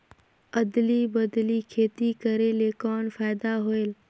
अदली बदली खेती करेले कौन फायदा होयल?